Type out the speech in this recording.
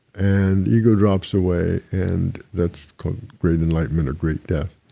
and ego drops away and that's called great enlightenment or great death.